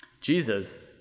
Jesus